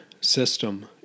system